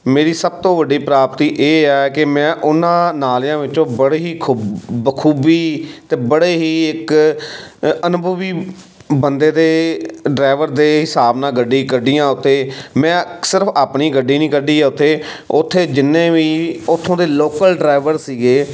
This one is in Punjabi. ਮੇਰੀ ਸਭ ਤੋਂ ਵੱਡੀ ਪ੍ਰਾਪਤੀ ਇਹ ਹੈ ਕਿ ਮੈਂ ਉਨ੍ਹਾਂ ਨਾਲਿਆਂ ਵਿੱਚੋਂ ਬੜੇ ਹੀ ਖੂਬ ਬਖ਼ੂਬੀ ਅਤੇ ਬੜੇ ਹੀ ਇੱਕ ਅ ਅਨੁਭਵੀ ਬੰਦੇ ਦੇ ਡਰਾਈਵਰ ਦੇ ਹਿਸਾਬ ਨਾਲ ਗੱਡੀ ਕੱਢੀਆਂ ਉੱਥੇ ਮੈਂ ਸਿਰਫ ਆਪਣੀ ਗੱਡੀ ਨਹੀਂ ਕੱਢੀ ਉੱਥੇ ਉੱਥੇ ਜਿੰਨੇ ਵੀ ਉੱਥੋਂ ਦੇ ਲੋਕਲ ਡਰਾਈਵਰ ਸੀਗੇ